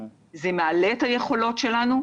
זה מעלה את היכולות שלנו,